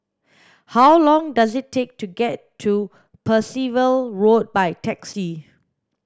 how long does it take to get to Percival Road by taxi